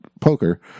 poker